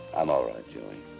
i'm all right, joey.